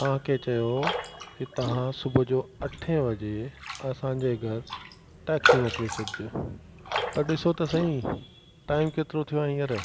तव्हांखे चयो कि तहां सुबुहु जो अठे वजे असांजे घरु टैक्सी मोकली छॾिजो त ॾिसो त साईं टाइम केतिरो थियो आहे हींअर